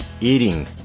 eating